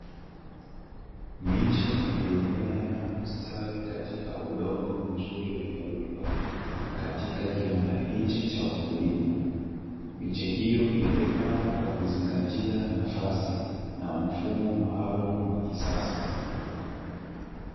Miche iliyomea na kustawi katika udongo mzuri wenye rutuba katika kiwanda hichi cha ukulima, miche hiyo iliyopandwa kwa kuzingatia nafasi na mfumo maalumu wa kisasa.